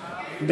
נתקבל.